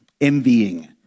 Envying